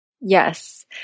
yes